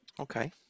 okay